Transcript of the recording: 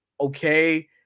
okay